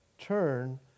turn